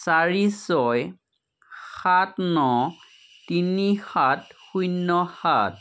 চাৰি ছয় সাত ন তিনি সাত শূন্য সাত